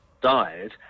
died